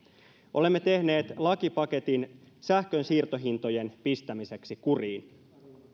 olemme tehneet lakipaketin sähkön siirtohintojen pistämiseksi kuriin